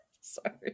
Sorry